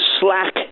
slack